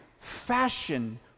fashion